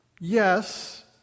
Yes